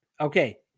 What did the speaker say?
Okay